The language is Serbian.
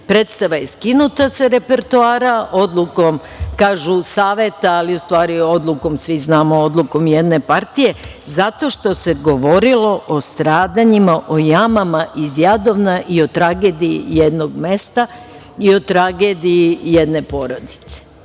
idilu. Predstava je skinuta sa repertoara odlukom, kažu, saveta, ali odlukom, svi znamo, odlukom jedne partije zato što se govorilo o stradanjima, o jamama iz Jadovna i o tragediji jednog mesta i o tragediji jedne porodice